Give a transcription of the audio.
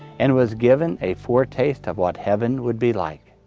and was given a foretaste of what heaven would be like.